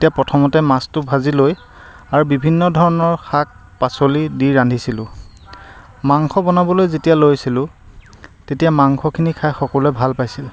তেতিয়া প্ৰথমতে মাছটো ভাজি লৈ আৰু বিভিন্ন ধৰণৰ শাক পাচলি দি ৰান্ধিছিলোঁ মাংস বনাবলৈ যেতিয়া লৈছিলোঁ তেতিয়া মাংসখিনি খাই সকলোৱে ভাল পাইছিল